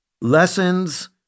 Lessons